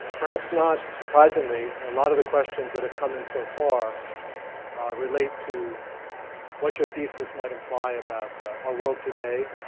perhaps not surprisingly, a lot of the questions that have come in so far relate to what your thesis might imply about our world today.